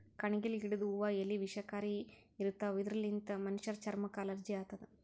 ಕಣಗಿಲ್ ಗಿಡದ್ ಹೂವಾ ಎಲಿ ವಿಷಕಾರಿ ಇರ್ತವ್ ಇದರ್ಲಿನ್ತ್ ಮನಶ್ಶರ್ ಚರಮಕ್ಕ್ ಅಲರ್ಜಿ ಆತದ್